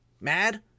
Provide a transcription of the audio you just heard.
mad